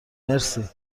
مرسی